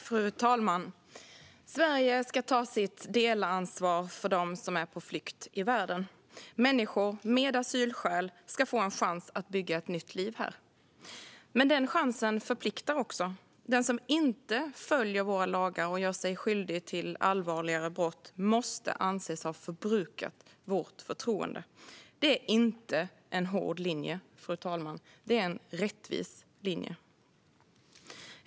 Fru talman! Sverige ska ta sitt delansvar för dem som är på flykt i världen. Människor med asylskäl ska få en chans ett bygga ett nytt liv här. Men den chansen förpliktar. Den som inte följer våra lagar utan gör sig skyldig till allvarligare brott måste anses ha förbrukat vårt förtroende. Det är inte en hård linje, fru talman. Det är en rättvis linje.